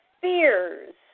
fears